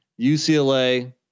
UCLA